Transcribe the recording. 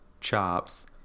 chops